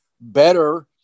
better